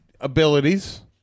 abilities